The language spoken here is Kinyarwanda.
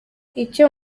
icyo